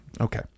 Okay